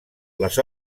les